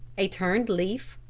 a turned leaf,